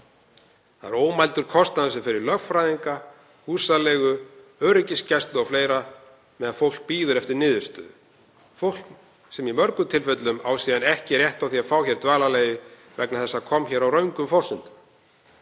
Það er ómældur kostnaður sem fer í lögfræðinga, húsaleigu, öryggisgæslu og fleira á meðan fólk bíður eftir niðurstöðu, fólk sem í mörgum tilfellum á síðan ekki rétt á því að fá hér dvalarleyfi vegna þess að það kom hingað á röngum forsendum.